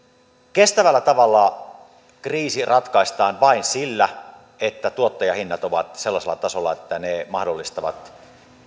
kestävällä tavalla kriisi ratkaistaan vain sillä että tuottajahinnat ovat sellaisella tasolla että ne mahdollistavat